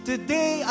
Today